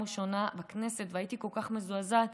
הראשונה בכנסת והייתי כל כך מזועזעת,